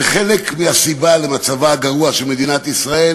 שחלק מהסיבה למצבה הגרוע של מדינת ישראל